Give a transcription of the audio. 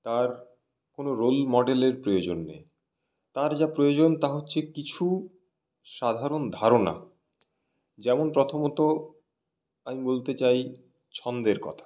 তার কোনো রোল মডেলের প্রয়োজন নেই তার যা প্রয়োজন তা হচ্ছে কিছু সাধারণ ধারণা যেমন প্রথমত আমি বলতে চাই ছন্দের কথা